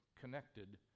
connected